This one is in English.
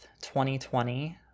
2020